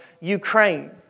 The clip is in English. Ukraine